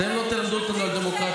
אתם לא תלמדו אותנו על דמוקרטיה,